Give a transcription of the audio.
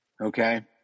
Okay